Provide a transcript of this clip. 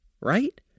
right